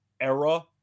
era